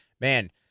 man